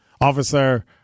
Officer